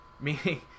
Meaning